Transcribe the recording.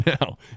now